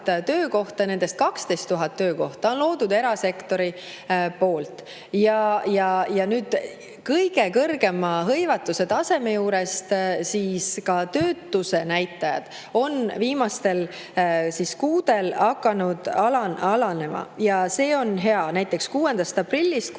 nendest 12 000 töökohta on loodud erasektori poolt. Ja selle kõige kõrgema hõivatuse taseme juurest on ka töötuse näitajad viimastel kuudel hakanud alanema ja see on hea. Näiteks 6. aprillist 6.